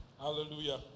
Hallelujah